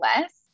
less